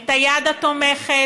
את היד התומכת,